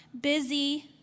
busy